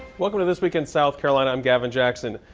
welcome to this week in south carolina. i'm gavin jackson.